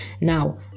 now